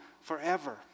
forever